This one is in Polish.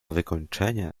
wykończenie